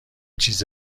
چیز